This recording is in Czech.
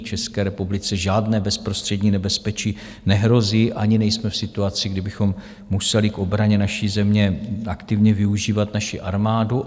České republice žádné bezprostřední nebezpečí nehrozí ani nejsme v situaci, kdy kdybychom museli k obraně naší země aktivně využívat naši armádu.